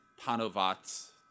Panovat